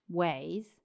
ways